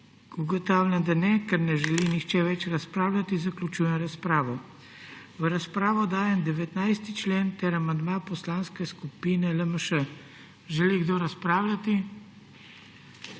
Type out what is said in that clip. Ugotavljam, da ne. Ker ne želi nihče več razpravljati, zaključujem razpravo. V razpravo dajem 19. člen, ter amandma Poslanske skupine LMŠ. Želi kdo razpravljati?